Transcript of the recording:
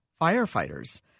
firefighters